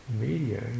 media